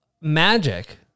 Magic